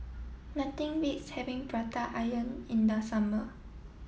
nothing beats having prata onion in the summer